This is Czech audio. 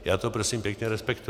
Já to prosím pěkně respektuji.